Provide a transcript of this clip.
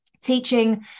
teaching